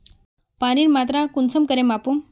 पानीर मात्रा कुंसम करे मापुम?